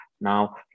now